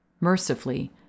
Mercifully